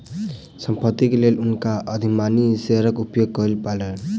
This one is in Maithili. संपत्ति के लेल हुनका अधिमानी शेयरक उपयोग करय पड़लैन